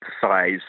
size